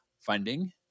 funding